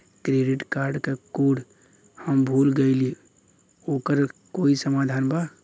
Credit card क code हम भूल गइली ओकर कोई समाधान बा?